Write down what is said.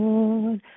Lord